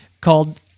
called